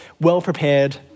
well-prepared